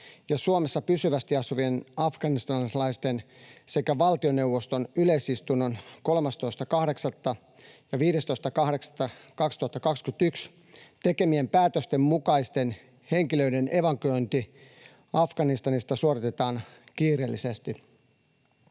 ja Suomessa pysyvästi asuvien afganistanilaisten sekä valtioneuvoston yleisistunnon 13.8. ja 15.8.2021 tekemien päätösten mukaisten henkilöiden evakuointi Afganistanista suoritetaan kiireellisesti.